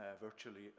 virtually